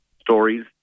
stories